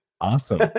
Awesome